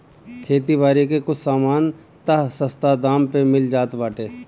खेती बारी के कुछ सामान तअ सस्ता दाम पे मिल जात बाटे